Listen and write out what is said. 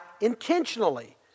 intentionally